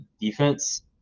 defense